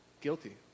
guilty